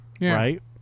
right